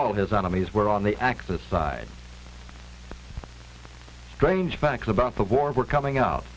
all his enemies were on the axis side strange facts about the war were coming out